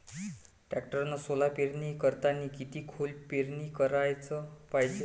टॅक्टरनं सोला पेरनी करतांनी किती खोल पेरनी कराच पायजे?